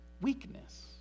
weakness